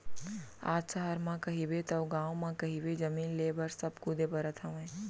आज सहर म कहिबे तव गाँव म कहिबे जमीन लेय बर सब कुदे परत हवय